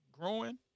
growing